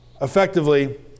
effectively